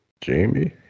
Jamie